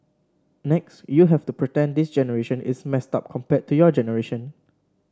next you have to pretend this generation is messed up compared to your generation